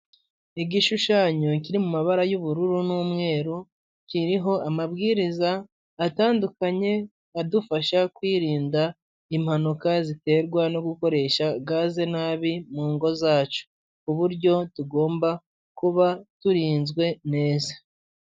Igishushanyo kiri mu mabara y'ubururu n'umweru kiriho amabwiriza atandukanye, adufasha kwirinda impanuka ziterwa no gukoresha gaze nabi mu ngo zacu kuburyo tugomba kuba turinzwe neza.